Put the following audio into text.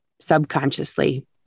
Subconsciously